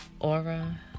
aura